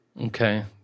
Okay